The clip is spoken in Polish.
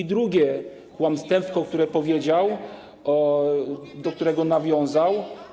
I drugie kłamstewko, które powiedział, do którego nawiązał.